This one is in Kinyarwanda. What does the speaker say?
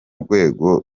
rwego